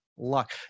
luck